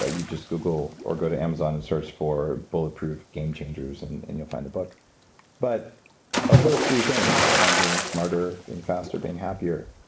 ah you just google or go to amazon and search for bulletproof game changers and and you'll find the book but of those three things around being smarter, being faster, being happier,